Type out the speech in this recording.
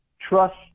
trust